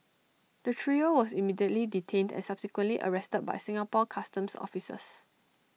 the trio was immediately detained and subsequently arrested by Singapore Customs officers